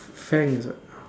Faang is what